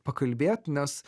pakalbėt nes